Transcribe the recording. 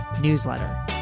newsletter